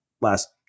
last